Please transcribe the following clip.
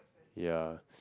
ya